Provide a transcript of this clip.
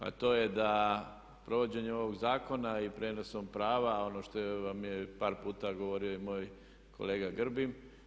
A to je da provođenje ovog zakona i prijenosom prava, ono što vam je par puta govorio i moj kolega Grbin.